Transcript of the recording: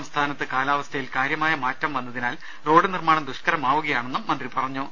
സംസ്ഥാനത്ത് കാലാവസ്ഥയിൽ കാര്യമായ മാറ്റം വന്നതിനാൽ റോഡ് നിർമ്മാണം ദുഷ്കരമാവുകയാണെന്നും മന്ത്രി പറഞ്ഞു